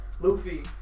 Luffy